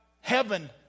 heaven